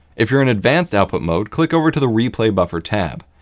if you're in advanced output mode, click over to the replay buffer tab.